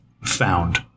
found